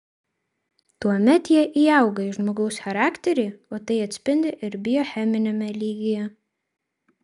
tuomet jie įauga į žmogaus charakterį o tai atsispindi ir biocheminiame lygyje